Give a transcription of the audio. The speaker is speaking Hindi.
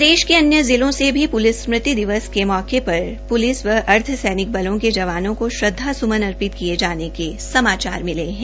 प्रदेश के अन्रू जिलों से भी प्लिस स्मृति के मौके पर प्लिस व अर्धसैनिक बलों के जवानों को श्रद्धांस्मन अर्पित किये जाने के समाचार मिले है